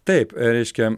taip reiškia